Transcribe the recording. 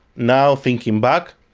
now thinking back,